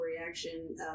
reaction